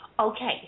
Okay